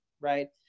right